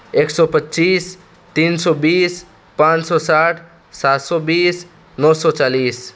ایک سو پچیس تین سو بیس پانچ سو ساٹھ سات سو بیس نو سو چالیس